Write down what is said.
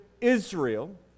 Israel